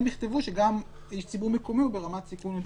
הם יכתבו שגם איש ציבור מקומי הוא ברמת סיכון גבוהה.